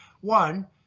One